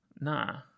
Nah